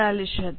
46 હતું